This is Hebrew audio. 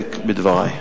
להסתפק בדברי.